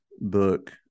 book